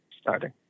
starting